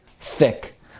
thick